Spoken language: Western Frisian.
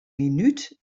minút